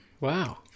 Wow